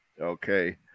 okay